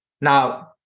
Now